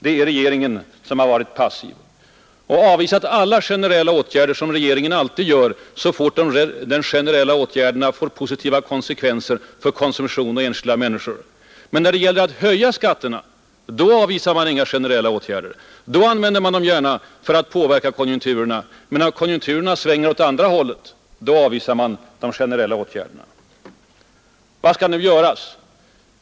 Det är regeringen som varit passiv och avvisat alla generella åtgärder som regeringen alltid gör så fort de generella åtgärderna får positiva konsekvenser för konsumtion och enskilda människor. Men när det gäller att höja skatterna, då avvisar man inga generella åtgärder, då använder man dem gärna för att påverka konjunkturerna. Men när konjunkturerna svänger åt andra hållet, då har man inget till övers för generella metoder. Vad skall nu göras?